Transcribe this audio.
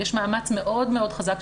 יש מאמץ מאוד חזק,